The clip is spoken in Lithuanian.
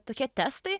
tokie testai